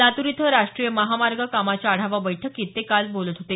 लातूर इथं राष्ट्रीय महामार्ग कामाच्या आढावा बैठकीत ते बोलत होते